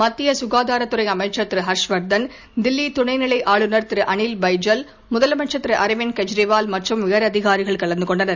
மத்திய சுகாதாரத்துறை அமைச்சர் திரு ஹர்ஷவர்தன் தில்லி துணைநிலை ஆளுநர் திரு அனில் பைஜல் முதலமைச்சர் திரு அரவிந்த் கெஜ்ரிவால் மற்றும் உயரதிகாரிகள் கலந்து கொண்டனர்